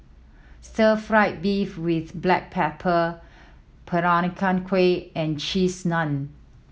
stir fried beef with black pepper Peranakan Kueh and Cheese Naan